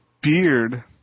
Beard